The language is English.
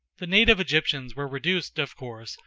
the native egyptians were reduced, of course,